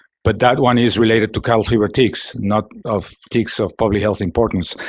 but that one is related to cattle fever ticks, not of ticks of public health importance.